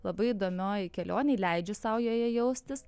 labai įdomioj kelionėj leidžiu sau joje jaustis